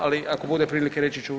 Ali ako bude prilike reći ću.